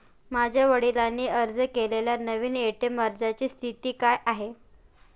माझ्या वडिलांनी अर्ज केलेल्या नवीन ए.टी.एम अर्जाची स्थिती काय आहे?